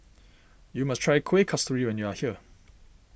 you must try Kuih Kasturi when you are here